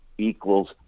equals